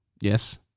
Yes